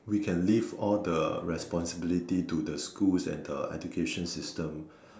we can leave all the responsibilities to the schools and the education system